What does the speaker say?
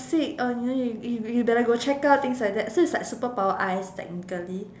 sick uh you know you you you better go check up things like that so it's like superpower eyes technically